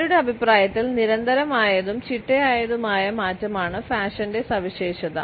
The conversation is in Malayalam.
അവരുടെ അഭിപ്രായത്തിൽ നിരന്തരമായതും ചിട്ടയായതുമായ മാറ്റമാണ് ഫാഷന്റെ സവിശേഷത